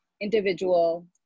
individual